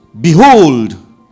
Behold